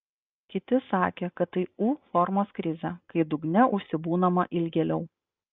kiti sakė kad tai u formos krizė kai dugne užsibūnama ilgėliau